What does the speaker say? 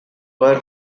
were